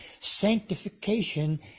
Sanctification